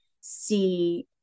see